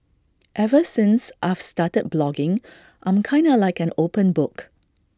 ever since I've started blogging I'm kinda like an open book